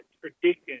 tradition